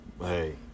Hey